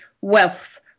wealth